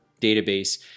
database